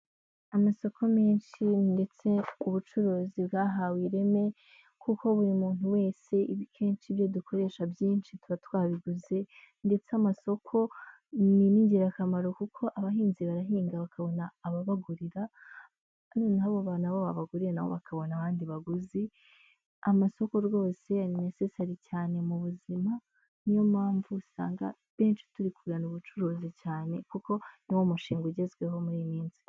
Amasoko menshi ndetse ubucuruzi bwahawe ireme, kuko buri muntu wese ibi kenshi ibyo dukoresha byinshi tuba twabiguze ndetse amasoko ni n'ingirakamaro kuko abahinzi barahinga bakabona ababagurira, noneho abo bantu na bo babaguriye nabo bakabona abandi baguzi. Amasoko rwose ni nesesari cyane mu buzima, niyo mpamvu usanga benshi turi kugana ubucuruzi cyane kuko niwo mushinga ugezweho muri iyi minsi.